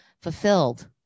fulfilled